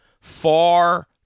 far